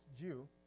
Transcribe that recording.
Jew